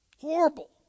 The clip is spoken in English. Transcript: Horrible